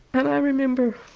and i remember